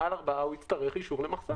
מעל ארבעה הוא יצטרך אישור למחסן.